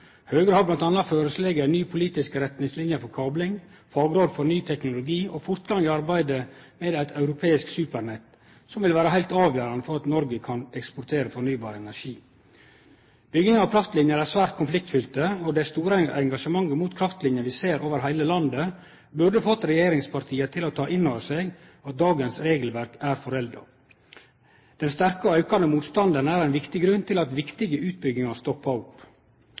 Høgre har bl.a. føreslege ein ny politisk retningslinje for kabling, fagråd for ny teknologi og fortgang i arbeidet med eit europeisk supernett, som vil vere heilt avgjerande for at Noreg kan eksportere fornybar energi. Bygging av kraftlinjer er svært konfliktfylt, og det store engasjementet mot kraftlinjer vi ser over heile landet, burde fått regjeringspartia til å ta inn over seg at dagens regelverk er forelda. Den sterke og aukande motstanden er ein viktig grunn til at viktige utbyggingar stoppar opp.